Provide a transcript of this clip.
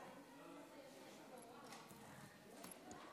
חבריי חברי